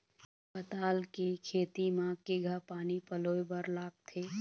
पताल के खेती म केघा पानी पलोए बर लागथे?